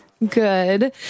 Good